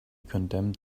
condemned